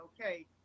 okay